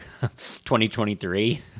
2023